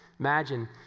Imagine